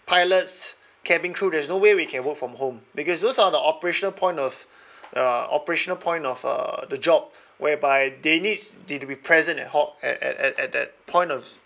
pilots cabin crew there's no way we can work from home because those are on the operational point of uh operational point of uh the job whereby they need they to be present ad hoc at at at at that point of